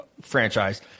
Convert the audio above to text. franchise